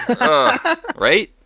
Right